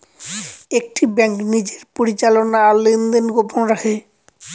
একটি ব্যাঙ্ক নিজের পরিচালনা আর লেনদেন গোপন রাখে